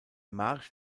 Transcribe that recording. marsch